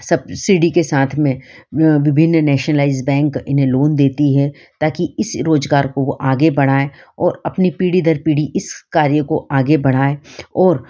subsidy के साथ में ये विभिन्न नेशनलाइज़ बैंक इन्हें लोन देती हैं ताकि इसी रोज़गार को वो आगे बढ़ाए और अपनी पीढ़ी दर पीढ़ी इस कार्य को आगे बढ़ाए और